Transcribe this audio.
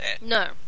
No